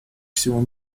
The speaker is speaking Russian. всему